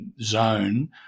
zone